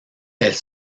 elle